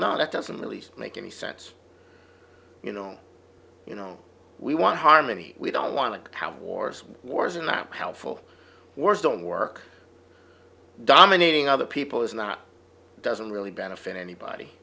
not that doesn't really make any sense you know you know we want harmony we don't want to have wars wars and that helpful words don't work dominating other people is not doesn't really benefit anybody